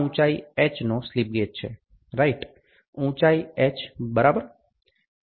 આ ઉંચાઇ h નો સ્લિપ ગેજ છે રાઈટ ઉંચાઇ h બરાબર